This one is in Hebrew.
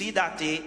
לפי דעתי,